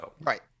Right